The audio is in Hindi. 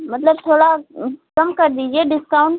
मतलब थोड़ा कम कर दीजिए डिस्काउंट